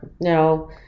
no